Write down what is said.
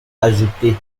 ajoutées